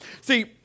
See